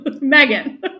Megan